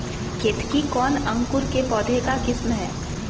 केतकी कौन अंकुर के पौधे का किस्म है?